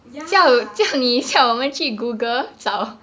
ya